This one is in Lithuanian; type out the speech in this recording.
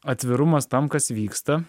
atvirumas tam kas vyksta